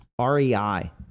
REI